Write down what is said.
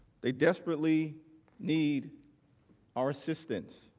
they desperately need our assistance.